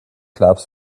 clubs